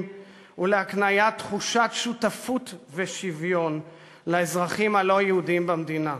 ולהקניית תחושת שותפות ושוויון לאזרחים הלא-יהודים במדינה.